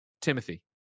Timothy